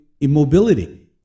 immobility